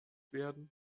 werden